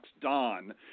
Don